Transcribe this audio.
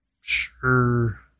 sure